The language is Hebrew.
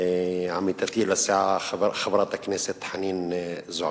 עמיתתי לסיעה, חברת הכנסת חנין זועבי.